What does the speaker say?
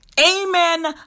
Amen